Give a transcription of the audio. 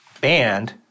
banned